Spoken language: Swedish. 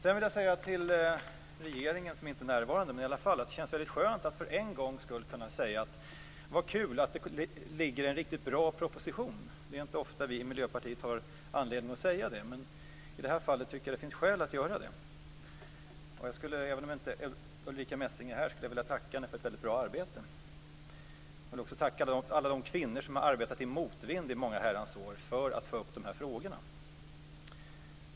Jag vill säga till regeringen, även om ingen därifrån är närvarande, att det känns väldigt skönt att för en gångs skull kunna säga att det är kul att det ligger en bra proposition här. Det är inte ofta vi i Miljöpartiet har anledning att säga det, men i det här fallet finns det skäl att göra det. Även om Ulrica Messing inte är här vill jag tacka henne för ett väldigt bra arbete. Jag vill också tacka alla de kvinnor som har arbetat i motvind i många herrans år för att få upp de här frågorna.